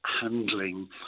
handling